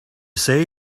say